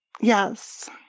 Yes